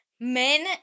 Men